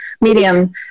medium